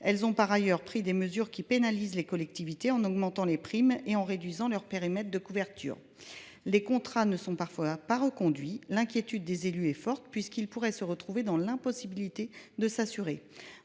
Elles ont par ailleurs pénalisé les collectivités en augmentant les primes et en réduisant leur périmètre de couverture. Les contrats ne sont parfois pas reconduits. L’inquiétude des élus est forte, puisqu’ils pourraient se retrouver dans l’impossibilité de s’assurer.